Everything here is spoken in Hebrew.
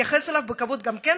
להתייחס אליו בכבוד גם כן,